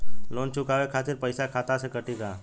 Loan चुकावे खातिर पईसा खाता से कटी का?